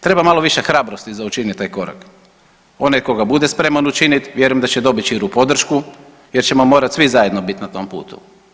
Treba malo više hrabrosti za učiniti taj korak, onaj tko ga bude spreman učinit vjerujem da će dobit širu podršku jer ćemo morati svi zajedno biti na tom putu.